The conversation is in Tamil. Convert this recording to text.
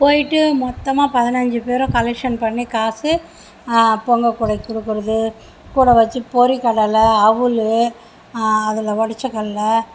போயிட்டு மொத்தமாக பதினஞ்சு பேரையும் கலெக்ஷன் பண்ணி காசு கொடுக்கிறது கூட வச்சு பொரிகடலை அவுல் அதில் உடச்ச கடலை